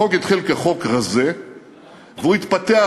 החוק התחיל כחוק רזה והוא התפתח,